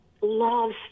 loves